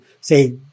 say